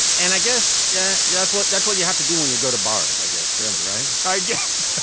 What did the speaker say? and i guess. yeah, yeah, that's what that's what you have to do when you go to bard, i guess. really? right i guess.